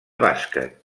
bàsquet